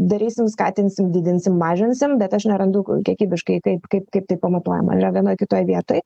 darysim skatinsim didinsim mažinsim bet aš nerandu kiekybiškai kaip kaip kaip tai pamatuojama yra vienoj kitoj vietoj